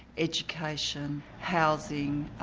education, housing,